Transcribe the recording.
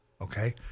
okay